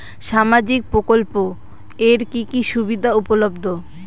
সামাজিক প্রকল্প এর কি কি সুবিধা উপলব্ধ?